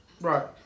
right